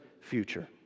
future